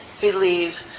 believe